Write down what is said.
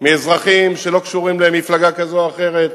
מאזרחים שלא קשורים למפלגה כזאת או אחרת.